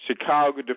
Chicago